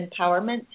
empowerment